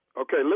Okay